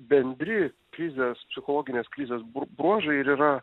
bendri krizės psichologinės krizės b bruožai ir yra